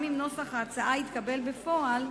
גם אם נוסח ההצעה יתקבל בפועל,